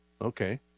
okay